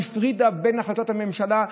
הפרידה בין החלטת הממשלה,